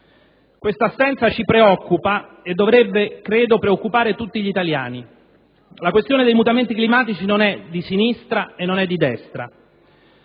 Questa assenza ci preoccupa e dovrebbe, credo, preoccupare tutti gli italiani. La questione dei mutamenti climatici non è né di sinistra né di destra.